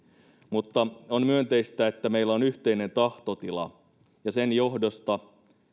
mutta on myönteistä että meillä on yhteinen tahtotila ja sen johdosta